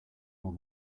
more